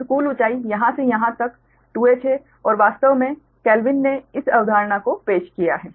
तो कुल ऊँचाई यहाँ से यहाँ तक 2h है और वास्तव में केल्विन ने इस अवधारणा को पेश किया है